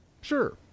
Sure